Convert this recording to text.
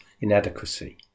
inadequacy